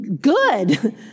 good